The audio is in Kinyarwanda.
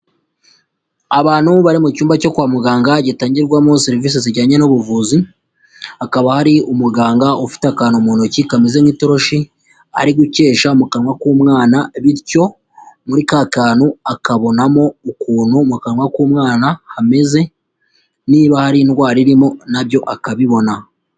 Abantu bari mu cyumba cyo kwa muganga gitangirwamo serivise zijyanye n'ubuvuzi, hakaba hari umuganga ufite akantu mu ntoki kameze nk'itoroshi, ari gukesha mu kanwa k'umwana bityo muri ka kantu akabonamo ukuntu mu kanwa k'umwana hameze, niba hari indwara irimo na byo akabibona.